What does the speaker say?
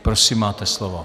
Prosím, máte slovo.